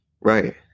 Right